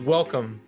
Welcome